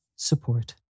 Support